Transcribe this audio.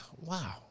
wow